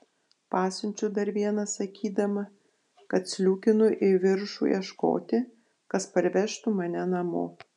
pasiunčiu dar vieną sakydama kad sliūkinu į viršų ieškoti kas parvežtų mane namo